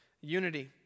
unity